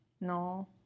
No